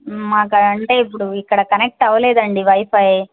మాకు అంటే ఇప్పుడు ఇక్కడ కనెక్ట్ అవ్వలేదండి వైఫై